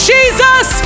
Jesus